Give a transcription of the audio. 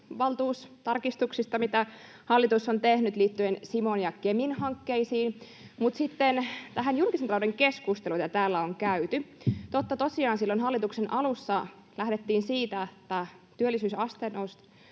liikennevaltuustarkistuksista, mitä hallitus on tehnyt liittyen Simon ja Kemin hankkeisiin. Sitten tähän julkisen talouden keskusteluun, jota täällä on käyty: Totta tosiaan silloin hallituksen alussa lähdettiin siitä, että työllisyysasteen